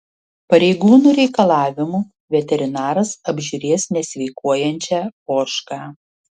pareigūnų reikalavimu veterinaras apžiūrės nesveikuojančią ožką